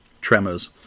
Tremors